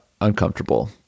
uncomfortable